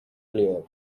clear